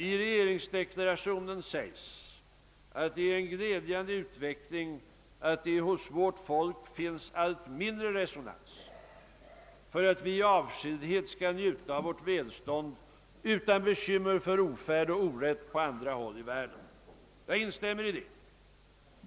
I regeringsdeklarationen sägs att det är en glädjande utveckling att det hos vårt folk finns allt mindre resonans för att vi i avskildhet skall njuta av vårt välstånd utan bekymmer för ofärd och orätt på andra håll i världen. Jag instämmer i det.